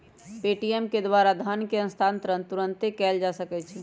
Paytm के द्वारा धन के हस्तांतरण तुरन्ते कएल जा सकैछइ